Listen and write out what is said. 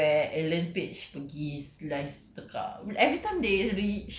kau ingat yang the part where ellen page pergi slice the car